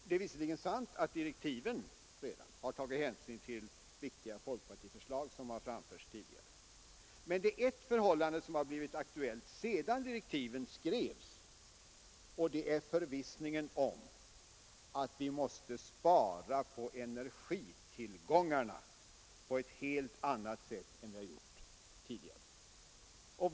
Det är visserligen sant att direktiven redan har tagit hänsyn till viktiga folkpartiförslag som framförts tidigare, men det är ett förhållande som har blivit aktuellt sedan direktiven skrevs, och det är förvissningen om att vi måste spara på energitillgångarna på ett helt annat sätt än vi gjort tidigare.